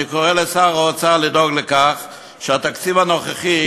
אני קורא לשר האוצר לדאוג לכך שהתקציב הנוכחי